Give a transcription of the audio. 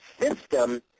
system